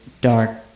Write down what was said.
dark